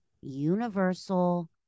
universal